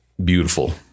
Beautiful